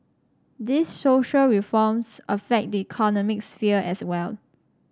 these social reforms affect the economic sphere as well